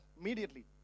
immediately